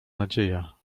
nadzieja